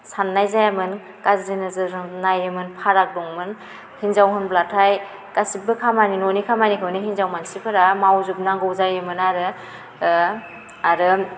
साननाय जायामोन गाज्रि नोजोरजों नायोमोन फाराग दंमोन हिन्जाव होनब्लाथाय गासिबो खामानि न'नि खामानिखौनो हिन्जाव मानसिफोरा मावजोबनांगौ जायोमोन आरो आरो